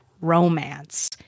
romance